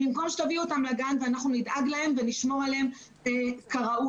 במקום שיביאו אותם לגן ואנחנו נדאג להם ונשמור עליהם כראוי.